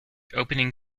opening